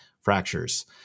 fractures